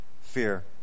fear